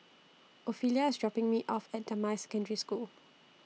Ofelia IS dropping Me off At Damai Secondary School